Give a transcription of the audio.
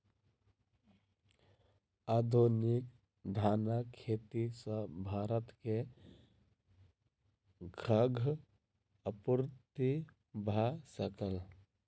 आधुनिक धानक खेती सॅ भारत के खाद्य आपूर्ति भ सकल